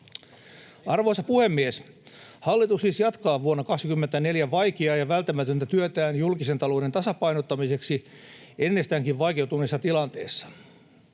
Arvoisa puhemies! Hallitus siis jatkaa vuonna 24 vaikeaa ja välttämätöntä työtään julkisen talouden tasapainottamiseksi ennestäänkin vaikeutuneessa tilanteessa.